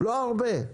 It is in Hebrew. לא הרבה.